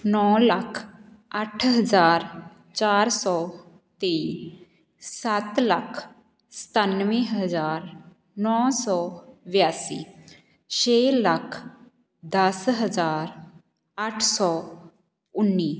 ਨੌ ਲੱਖ ਅੱਠ ਹਜ਼ਾਰ ਚਾਰ ਸੌ ਤੀਹ ਸੱਤ ਲੱਖ ਸਤਾਨਵੇਂ ਹਜ਼ਾਰ ਨੌ ਸੌ ਬਿਆਸੀ ਛੇ ਲੱਖ ਦਸ ਹਜ਼ਾਰ ਅੱਠ ਸੌ ਉੱਨੀ